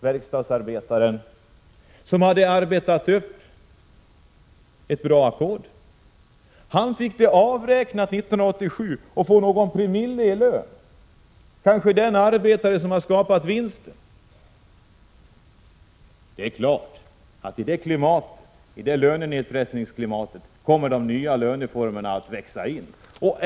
Verkstadsarbetaren, som hade arbetat upp ett bra ackord, fick det avräknat 1987 och får någon promille av det i lön. Det är kanske den arbetaren som har skapat vinsten. Det är klart att i detta lönenedpressningsklimat kommer de nya löneformerna att växa in.